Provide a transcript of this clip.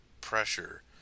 pressure